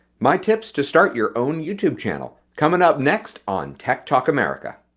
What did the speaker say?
my tips to start your own youtube channel coming up next on tech talk america.